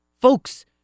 folks